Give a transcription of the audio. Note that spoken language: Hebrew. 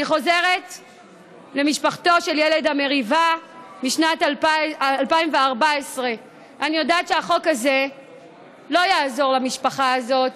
אני חוזרת למשפחתו של ילד המריבה משנת 2014. אני יודעת שהחוק הזה לא יעזור למשפחה הזאת,